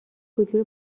وجود